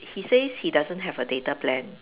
he says he doesn't have a data plan